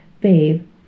babe